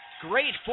Great